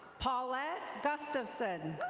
paulette gustafson.